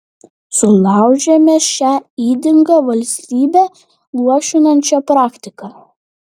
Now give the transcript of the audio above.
sulaužėme šią ydingą valstybę luošinančią praktiką